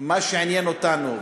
שעניין אתנו,